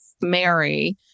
Mary